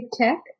tech